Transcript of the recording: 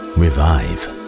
Revive